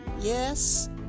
Yes